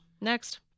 Next